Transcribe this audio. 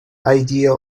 idea